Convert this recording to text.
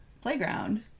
playground